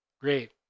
great